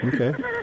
Okay